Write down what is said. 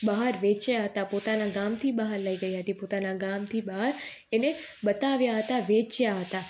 બહાર વેચ્યા હતા પોતાના ગામથી બહાર લઈ ગઈ હતી પોતાના ગામથી બહાર એને બતાવ્યા હતા એને વેચ્યા હતા જેથી કરી